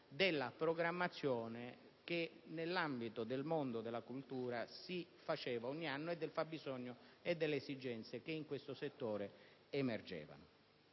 della programmazione che, nell'ambito del mondo della cultura, ogni anno si effettuava e del fabbisogno e delle esigenze che in questo settore emergevano.